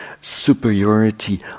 superiority